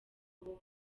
abo